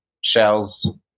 Shells